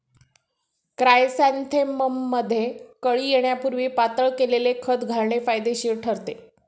क्रायसॅन्थेमममध्ये कळी येण्यापूर्वी पातळ केलेले खत घालणे फायदेशीर ठरते